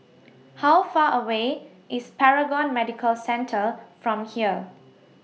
How Far away IS Paragon Medical Centre from here